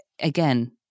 Again